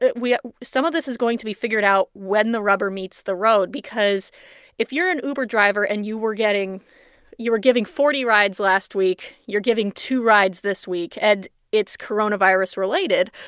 we some of this is going to be figured out when the rubber meets the road because if you're an uber driver and you were getting you were giving forty rides last week, you're giving two rides this week and it's coronavirus-related,